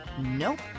Nope